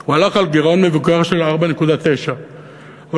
הוא הלך על גירעון מבוקר של 4.9%. אבל